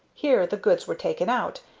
here the goods were taken out,